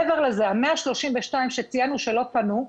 מעבר לזה, ה-132 שציינו שלא פנו,